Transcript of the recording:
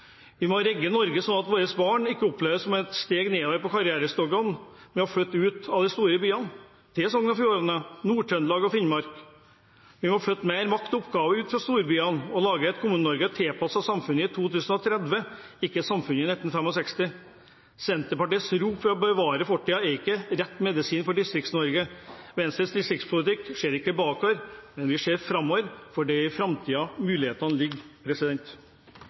Vi må rigge Norge slik at våre barn ikke opplever det som et steg nedover på karrierestigen å flytte ut av de store byene – til Sogn og Fjordane, Nord-Trøndelag eller Finnmark. Vi må flytte mer makt og oppgaver ut fra storbyene og lage et Kommune-Norge tilpasset samfunnet i 2030, ikke samfunnet i 1965. Senterpartiets rop om å bevare fortiden er ikke rett medisin for Distrikts-Norge. Venstres distriktspolitikk ser ikke bakover, men vi ser framover, for det er i framtiden mulighetene ligger.